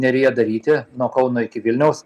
neryje daryti nuo kauno iki vilniaus